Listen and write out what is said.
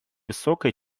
высокая